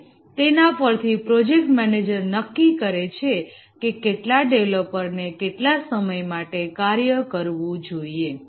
અને તેના પરથી પ્રોજેક્ટ મેનેજર નક્કી કરે છે કે કેટલા ડેવલપરને કેટલા સમય માટે કાર્ય કરવું જોઈએ